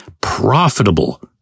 Profitable